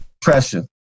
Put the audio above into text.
pressure